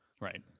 Right